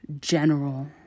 general